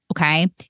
Okay